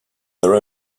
their